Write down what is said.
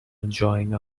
enjoying